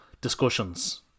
discussions